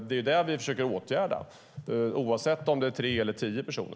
Det är det som vi försöker åtgärda, oavsett om det handlar om tre eller tio personer.